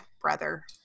brother